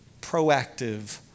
Proactive